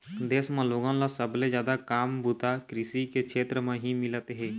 देश म लोगन ल सबले जादा काम बूता कृषि के छेत्र म ही मिलत हे